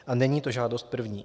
A není to žádost první.